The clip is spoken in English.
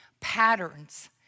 patterns